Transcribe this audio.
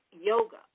yoga